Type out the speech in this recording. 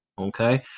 Okay